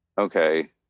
okay